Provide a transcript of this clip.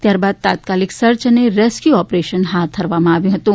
ત્યારબાદ તાત્કાલિક સર્ચ અને રેસ્ક્વ્ ઓપરેશન હાથ ધરવામાં આવ્યું હતું